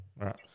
right